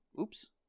oops